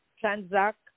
Transact